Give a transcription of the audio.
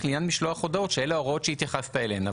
לעניין משלוח הודעות" שאלה ההוראות שהתייחסת אליהן.